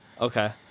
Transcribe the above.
Okay